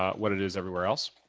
um what it is everywhere else.